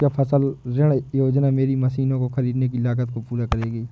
क्या फसल ऋण योजना मेरी मशीनों को ख़रीदने की लागत को पूरा करेगी?